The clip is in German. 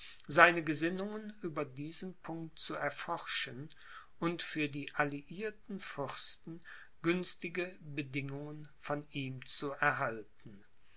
seine gesinnungen über diesen punkt zu erforschen und für die alliierten fürsten günstige bedingungen von ihm zu erhalten